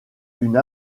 une